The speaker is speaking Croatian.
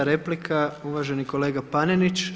9. replika uvaženi kolega Panenić.